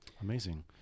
Amazing